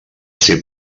ser